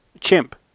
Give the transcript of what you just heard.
Chimp